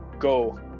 go